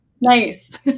Nice